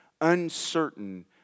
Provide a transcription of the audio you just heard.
uncertain